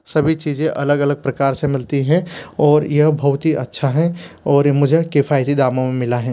सभी चीज़ें अलग अलग प्रकार से मिलती है और यह बहुत ही अच्छा है और ये मुझे किफ़ायती दामों में मिला है